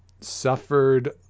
suffered